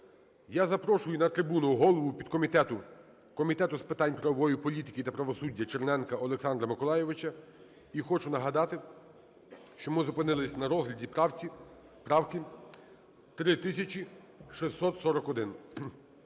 Я запрошую на трибуну голову підкомітету Комітету з питань правової політики та правосуддя Черненка Олександра Миколайовича. І хочу нагадати, що ми зупинилися на розгляді правки 3641.